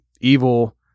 evil